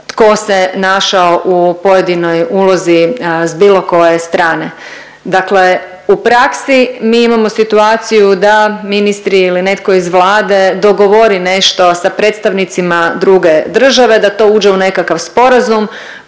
tko e našao u pojedinoj ulozi s bilo koje strane. Dakle, u praksi mi imamo situaciju da ministri ili netko iz Vlade dogovori nešto sa predstavnicima druge države, da to uđe u nekakav sporazum,